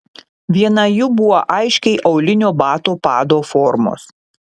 viena jų buvo aiškiai aulinio bato pado formos